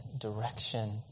direction